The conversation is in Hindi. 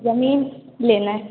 ज़मीन लेनी है